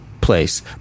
place